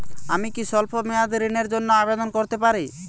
আমি কি স্বল্প মেয়াদি ঋণের জন্যে আবেদন করতে পারি?